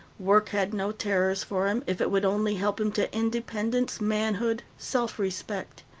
work had no terrors for him, if it would only help him to independence, manhood, self-respect.